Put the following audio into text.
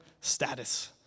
status